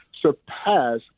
surpass